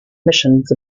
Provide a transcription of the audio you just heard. missions